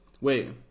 Wait